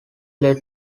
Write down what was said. let